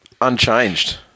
unchanged